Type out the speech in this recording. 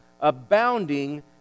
abounding